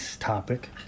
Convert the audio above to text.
topic